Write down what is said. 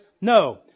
No